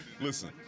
Listen